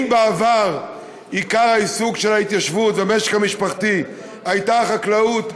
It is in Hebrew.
אם בעבר עיקר העיסוק של ההתיישבות והמשק המשפחתי הייתה החקלאות,